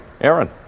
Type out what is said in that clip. Aaron